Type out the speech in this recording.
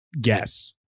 guess